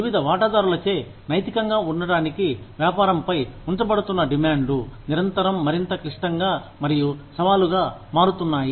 వివిధ వాటాదారులచే నైతికంగా ఉండటానికి వ్యాపారంపై ఉంచబడుతున్న డిమాండ్లు నిరంతరం మరింత క్లిష్టంగా మరియు సవాలుగా మారుతున్నాయి